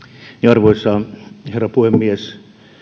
arvoisa herra puhemies